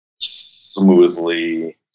smoothly